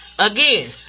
Again